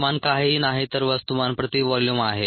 प्रमाण काहीही नाही तर वस्तुमान प्रति व्हॉल्यूम आहे